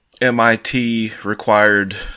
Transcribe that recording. MIT-required